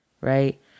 right